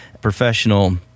professional